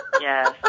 Yes